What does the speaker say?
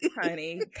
Honey